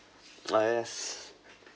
ah yes